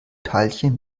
teilchen